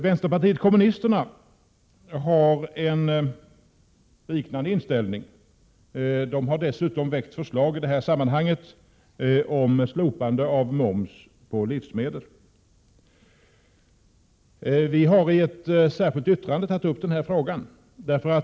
Vänsterpartiet kommunisterna har en liknande inställning. De har dess Prot. 1987/88:99 utom väckt förslag om slopande av moms på livsmedel. I ett särskilt yttrande 13 april 1988 har vi tagit upp den frågan.